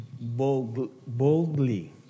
boldly